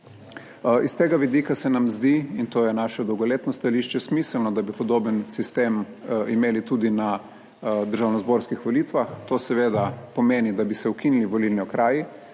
Iz tega vidika se nam zdi in to je naše dolgoletno stališče smiselno, da bi podoben sistem imeli tudi na državnozborskih volitvah. To seveda pomeni, da bi se ukinili volilni okraji,